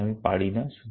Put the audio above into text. তাই আমি পারি না